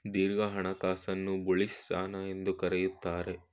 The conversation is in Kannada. ದೀರ್ಘ ಹಣಕಾಸನ್ನು ಬುಲಿಶ್ ಸ್ಥಾನ ಎಂದು ಕರೆಯುತ್ತಾರೆ